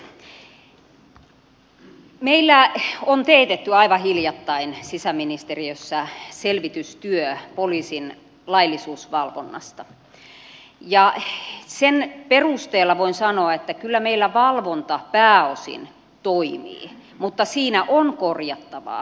meillä on teetetty aivan hiljattain sisäministeriössä selvitystyö poliisin laillisuusvalvonnasta ja sen perusteella voin sanoa että kyllä meillä valvonta pääosin toimii mutta siinä on korjattavaa